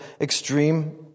extreme